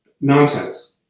nonsense